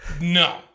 no